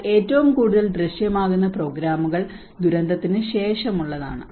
എന്നാൽ ഏറ്റവും കൂടുതൽ ദൃശ്യമാകുന്ന പ്രോഗ്രാമുകൾ ദുരന്തത്തിന് ശേഷമുള്ളതാണ്